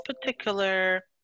particular